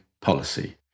policy